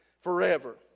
forever